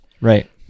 Right